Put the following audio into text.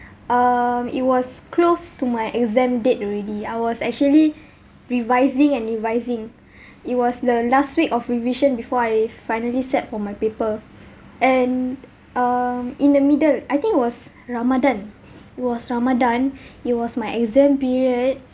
um it was close to my exam date already I was actually revising and revising it was the last week of revision before I finally sat for my paper and um in the middle I think was ramadan was ramadan it was my exam period